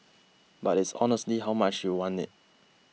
but it's honestly how much you want it